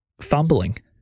fumbling